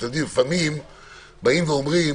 לפעמים אומרים